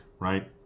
Right